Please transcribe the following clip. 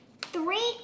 Three